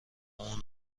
اون